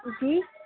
جی